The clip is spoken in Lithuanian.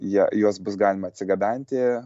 jie juos bus galima atsigabenti